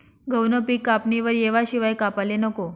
गहूनं पिक कापणीवर येवाशिवाय कापाले नको